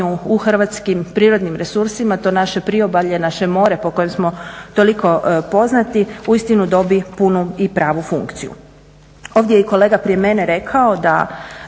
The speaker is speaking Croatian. u hrvatskim prirodnim resursima to naše priobalje, naše more po kojem smo toliko poznati uistinu dobije punu i pravu funkciju. Ovdje je i kolega prije mene rekao da